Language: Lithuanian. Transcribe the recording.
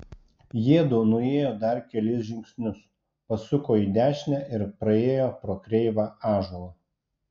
jiedu nuėjo dar kelis žingsnius pasuko į dešinę ir praėjo pro kreivą ąžuolą